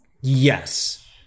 Yes